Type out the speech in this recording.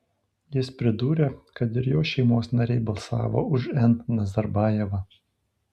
jis pridūrė kad ir jo šeimos nariai balsavo už n nazarbajevą